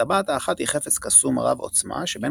הטבעת האחת היא חפץ קסום רב-עוצמה שבין